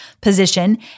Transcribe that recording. position